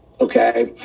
okay